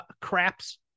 craps